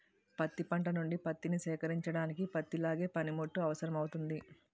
పత్తి పంట నుండి పత్తిని సేకరించడానికి పత్తిని లాగే పనిముట్టు అవసరమౌతుంది